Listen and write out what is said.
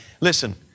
Listen